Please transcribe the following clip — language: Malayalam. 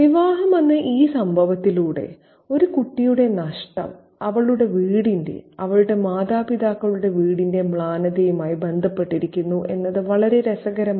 വിവാഹമെന്ന ഈ സംഭവത്തിലൂടെ ഒരു കുട്ടിയുടെ നഷ്ടം അവളുടെ വീടിന്റെ അവളുടെ മാതാപിതാക്കളുടെ വീടിന്റെ മ്ലാനതയുമായി ബന്ധപ്പെട്ടിരിക്കുന്നു എന്നത് വളരെ രസകരമാണ്